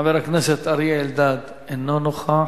חבר הכנסת אריה אלדד, אינו נוכח.